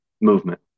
Movement